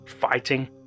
fighting